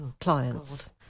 clients